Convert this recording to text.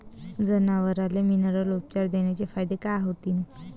जनावराले मिनरल उपचार देण्याचे फायदे काय होतीन?